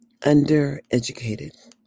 undereducated